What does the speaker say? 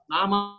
Nama